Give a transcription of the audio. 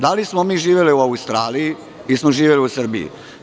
Da li smo mi živeli u Australiji ili smo živeli u Srbiji?